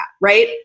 right